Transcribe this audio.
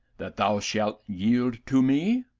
that thou shalt yield to me?